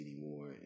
anymore